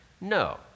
No